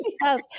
yes